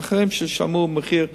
האחרים, שישלמו מחיר מלא,